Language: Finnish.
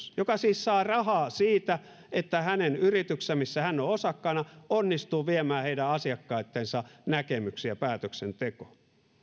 joka siis saa rahaa siitä että hänen yrityksensä missä hän on osakkaana onnistuu viemään heidän asiakkaittensa näkemyksiä päätöksentekoon